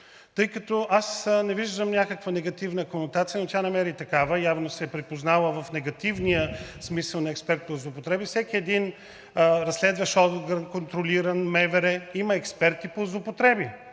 тъй като аз не виждам някаква негативна конотация, но тя намери такава, явно се е припознала в негативния смисъл на експерт по злоупотреби. Всеки един разследващ орган – контролиран, МВР, има експерти по злоупотреби,